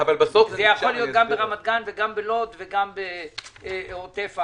זה יכול להיות גם ברמת-גן וגם בלוד וגם בעוטף עזה.